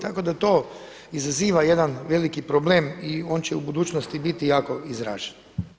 Tako da to izaziva jedan veliki problem i on će u budućnosti biti jako izražen.